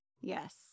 Yes